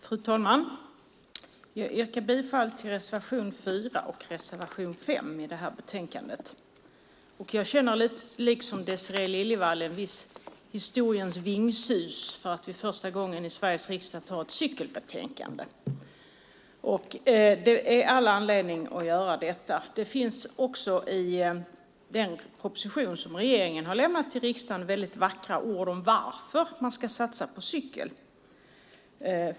Fru talman! Jag yrkar bifall till reservationerna 4 och 5 i betänkandet. Jag känner lite som Désirée Liljevall historiens vingslag för att vi för första gången i Sveriges riksdag har ett cykelbetänkande. Vi har all anledning att göra det. I den proposition som regeringen har lämnat till riksdagen finns det många vackra ord om varför man ska satsa på cykel.